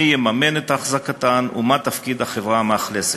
מי יממן את החזקתן ומה תפקיד החברה המאכלסת.